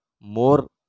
more